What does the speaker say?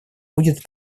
будет